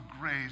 grace